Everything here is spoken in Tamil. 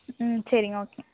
ம் சரிங்க ஓகே